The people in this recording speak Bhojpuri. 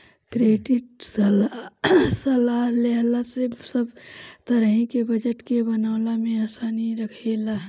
क्रेडिट सलाह लेहला से सब तरही के बजट के बनवला में आसानी रहेला